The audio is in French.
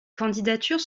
candidatures